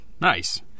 Nice